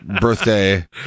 birthday